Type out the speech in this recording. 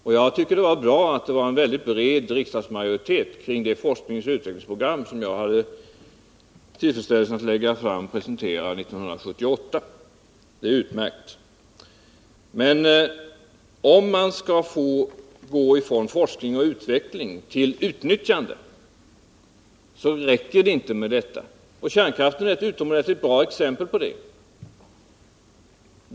Jag tycker också att det är bra att en väldigt bred riksdagsmajoritet slutit upp kring det forskningsoch utvecklingsprogram som jag hade tillfälle att lägga fram 1978. Det är utmärkt! Men om man skall kunna gå vidare från forskning och utveckling mot utnyttjande räcker det inte med detta. Kärnkraften är ett utomordentligt bra exempel på det.